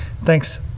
thanks